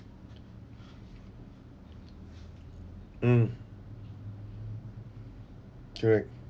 mm correct